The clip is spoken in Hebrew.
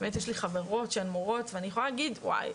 באמת יש לי חברות שהן מורות ואני יכולה להגיד וואי,